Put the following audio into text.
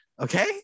Okay